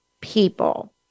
people